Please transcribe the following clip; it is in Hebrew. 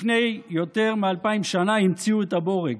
לפני יותר מאלפיים שנה המציאו את הבורג.